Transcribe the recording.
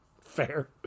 Fair